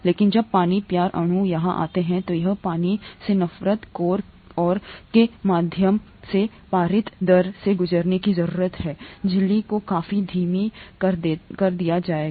लेकिन जब पानी प्यार अणु यहाँ आता है यह एक पानी से नफरत कोर और के माध्यम से पारित दर से गुजरने की जरूरत है झिल्ली को काफी धीमा कर दिया जाएगा